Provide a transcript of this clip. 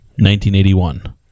1981